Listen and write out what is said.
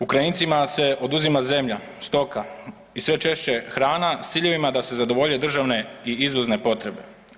Ukrajincima se oduzima zemlja, stoka, i sve češće hrana s ciljevima da se zadovolje državne i izvozne potrebe.